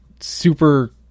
super